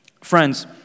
Friends